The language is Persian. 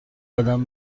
قدم